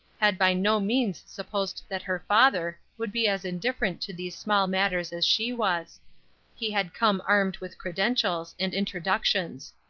had by no means supposed that her father would be as indifferent to these small matters as she was he had come armed with credentials, and introductions.